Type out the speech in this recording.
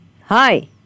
Hi